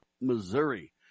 Missouri